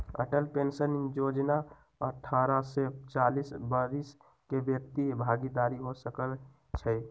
Atal pension जोजना अठारह से चालीस वरिस के व्यक्ति भागीदार हो सकइ छै